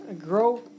grow